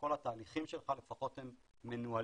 שכל התהליכים שלך מנוהלים.